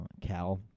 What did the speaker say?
Cal